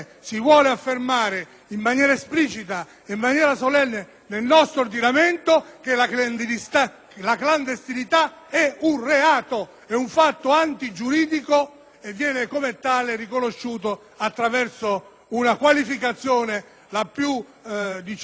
nel nostro ordinamento che la clandestinità è un reato; è un fatto antigiuridico e viene come tale riconosciuto attraverso una qualificazione, la più significativa del nostro sistema giuridico.